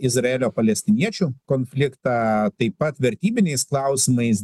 izraelio palestiniečių konfliktą taip pat vertybiniais klausimais